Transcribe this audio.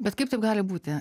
bet kaip taip gali būti